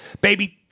Baby